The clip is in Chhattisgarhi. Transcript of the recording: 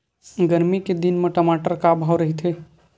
गरमी के दिन म टमाटर का भाव रहिथे?